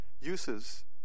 uses